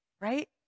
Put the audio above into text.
Right